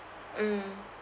mm